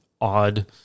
odd